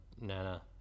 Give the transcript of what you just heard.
nana